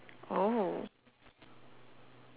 oh